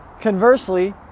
conversely